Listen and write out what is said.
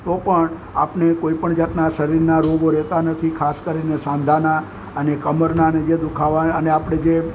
તો પણ આપણે કોઈ પણ જાતના શરીરના રોગો રહેતા નથી ખાસ કરીને સાંધાના અને કમરના જે દુખાવા અને આપણે જે